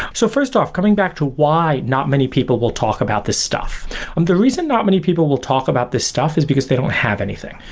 so first off, coming back to why not many people will talk about this stuff, and the reason not many people will talk about this stuff is because they don't have anything,